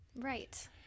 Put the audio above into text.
Right